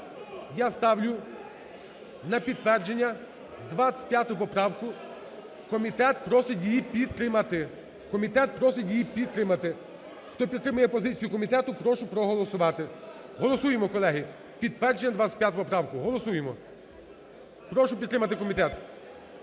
просить її підтримати. Комітет просить її підтримати. Хто підтримує позицію комітету, прошу проголосувати. Голосуємо, колеги, підтверджуємо 25 поправку, голосуємо. Прошу підтримати комітет.